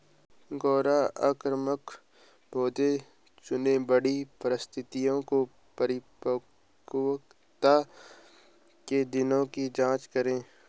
गैर आक्रामक पौधे चुनें, बढ़ती परिस्थितियों और परिपक्वता के दिनों की जाँच करें